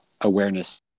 awareness